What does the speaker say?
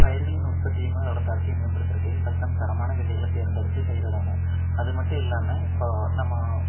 பயர்களின் உற்பத்தியும் அதோட தரத்தையும் மேம்படுத்துறக்கு ஃபர்ஸ்ட் நம்ம தரமான விதைகள தேர்ந்துடுத்து பயிரிடனும் அது மட்டும் இல்லாமல் இப்போ நம்ம